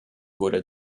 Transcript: wurde